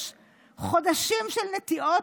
יש חודשים של נטיעות,